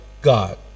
God